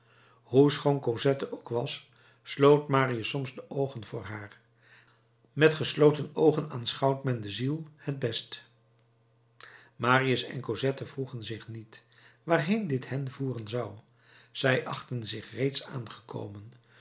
hoe schoon cosette ook was sloot marius soms de oogen voor haar met gesloten oogen aanschouwt men de ziel het best marius en cosette vroegen zich niet waarheen dit hen voeren zou zij achtten zich reeds aangekomen